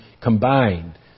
combined